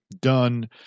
done